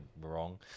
wrong